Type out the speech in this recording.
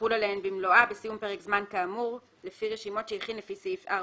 תחול עליהן במלואה בסיום פרק זמן כאמור לפי רשימות שהכין לפי סעיף 4(ג).